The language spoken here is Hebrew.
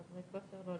בבקשה, אדוני.